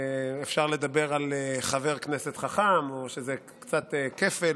אפשר לדבר על חבר כנסת חכ"ם, או שזה קצת כפל.